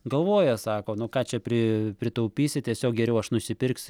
galvoja sako nu ką čia pri pritaupysi tiesiog geriau aš nusipirksiu